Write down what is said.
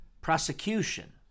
prosecution